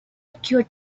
occurred